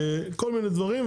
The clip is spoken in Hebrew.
כל מיני דברים.